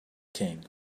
king